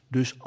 Dus